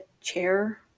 chair